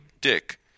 dick